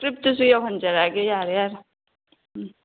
ꯏꯁꯀ꯭ꯔꯤꯞꯇꯨꯁꯨ ꯌꯧꯍꯟꯖꯔꯛꯑꯒꯦ ꯌꯥꯔꯦ ꯌꯥꯔꯦ ꯎꯝ